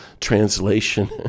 translation